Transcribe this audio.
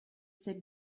cette